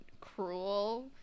cruel